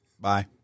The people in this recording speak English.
Bye